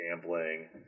gambling